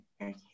Okay